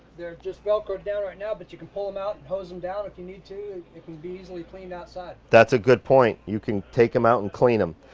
they're just velcroed down right now but you can pull them out and hose them down. if you need to, it can be easily cleaned outside. that's a good point. you can take them out and clean them.